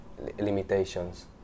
limitations